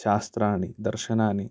शास्त्राणि दर्शनानि